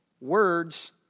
words